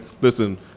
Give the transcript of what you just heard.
listen